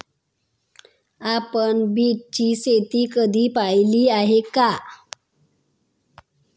आपण बीटची शेती कधी पाहिली आहे का?